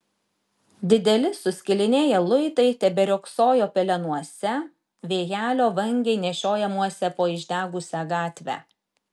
dideli suskilinėję luitai teberiogsojo pelenuose vėjelio vangiai nešiojamuose po išdegusią gatvę